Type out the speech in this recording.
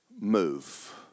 move